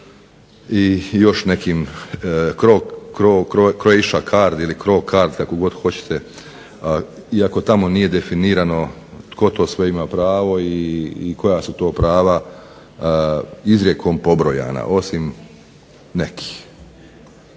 i još nekim Croatia card, ili Crocard kako god hoćete, iako tamo nije definirano tko to sve ima pravo i koja su to prava izrijekom pobrojana, osim nekih.